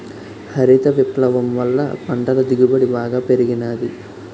హరిత విప్లవం వల్ల పంటల దిగుబడి బాగా పెరిగినాది